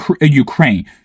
Ukraine